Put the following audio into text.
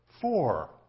four